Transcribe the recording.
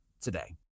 today